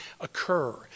occur